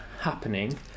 happening